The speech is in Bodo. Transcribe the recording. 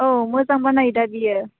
औ मोजां बानायो दा बियो